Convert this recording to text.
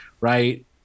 right